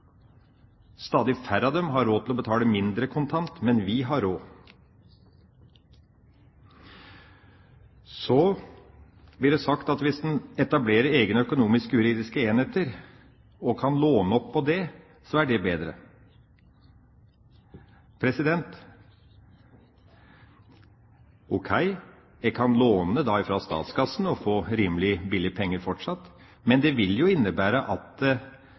Stadig færre av dem har råd til å betale mindre kontant, men vi har råd. Så blir det sagt at hvis en etablerer egne økonomisk juridiske enheter og kan låne på det, er det bedre. En kan da låne fra statskassen og få rimelig billig penge fortsatt. Men det vil jo innebære at